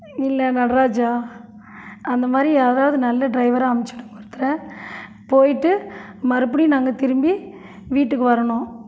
இல்லை நடராஜா அந்தமாதிரி யாராவது நல்ல ட்ரைவரா அனுப்பிச்சிவிடுங்க ஒருத்தரை போய்ட்டு மறுபடியும் நாங்கள் திரும்பி வீட்டுக்கு வரணும்